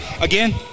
Again